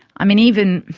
i mean even,